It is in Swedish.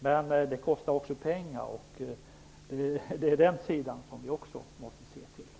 Men det kostar pengar, och det måste vi också ta hänsyn till.